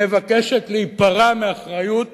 מבקשת להיפרע מאחריות